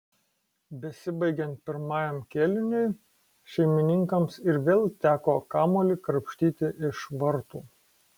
besibaigiant pirmajam kėliniui šeimininkams ir vėl teko kamuolį krapštyti iš vartų